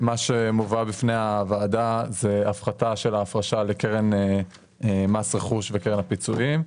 מה שמובא בפני הוועדה זה הפחתה של ההפרשה לקרן מס רכוש וקרן הפיצויים,